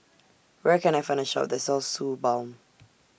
Where Can I Find A Shop that sells Suu Balm